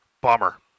Bummer